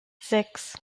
sechs